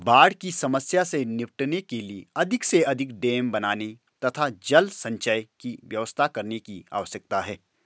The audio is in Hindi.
बाढ़ की समस्या से निपटने के लिए अधिक से अधिक डेम बनाने की तथा जल संचय की व्यवस्था करने की आवश्यकता है